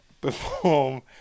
perform